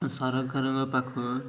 ସରକାରଙ୍କ ପାଖ